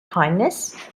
kindness